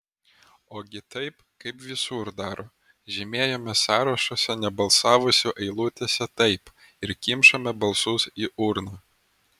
ogi taip kaip visur daro žymėjome sąrašuose nebalsavusių eilutėse taip ir kimšome balsus į urną